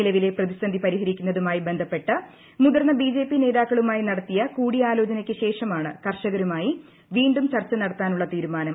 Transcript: നിലവിലെ പ്രതിസന്ധി പരിഹരിക്കുന്നതുമായി മുതിർന്ന ബിജെപി നേതാക്കളുമായി നടത്തിയ ബന്ധപ്പെട്ട് കൂടിയാലോചനയ്ക്കു ശേഷമാണ് കർഷികരുമായി വീണ്ടും ചർച്ച നടത്താനുള്ള തീരുമാനം